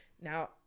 now